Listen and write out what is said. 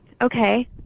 okay